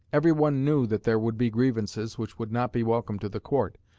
every one knew that there would be grievances which would not be welcome to the court,